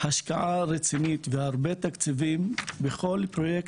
השקעה רצינית והרבה תקציבים בכל פרויקט,